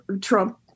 Trump